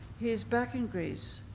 he's back in greece,